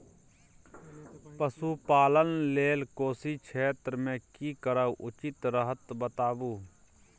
पशुपालन लेल कोशी क्षेत्र मे की करब उचित रहत बताबू?